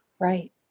Right